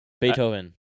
Beethoven